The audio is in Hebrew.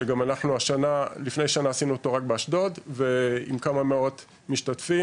שגם אנחנו לפני שנה עשינו אותו רק באשדוד עם כמה מאות משתתפים,